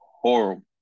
horrible